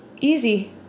Easy